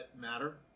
matter